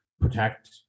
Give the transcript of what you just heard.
protect